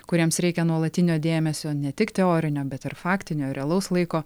kuriems reikia nuolatinio dėmesio ne tik teorinio bet ir faktinio realaus laiko